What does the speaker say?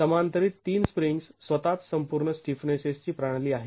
समांतरीत ३ स्प्रिंग्ज् स्वतःच संपूर्ण स्टिफनेसची प्रणाली आहे